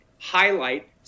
highlight